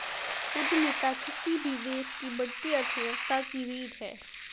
उद्यमिता किसी भी देश की बढ़ती अर्थव्यवस्था की रीढ़ है